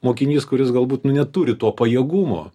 mokinys kuris galbūt nu neturi to pajėgumo